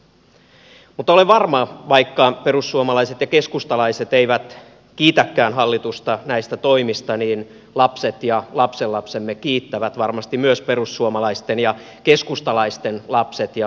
olen varma siitä että vaikka perussuomalaiset ja keskustalaiset eivät kiitäkään hallitusta näistä toimista lapset ja lapsenlapsemme kiittävät varmasti myös perussuomalaisten ja keskustalaisten lapset ja lapsenlapset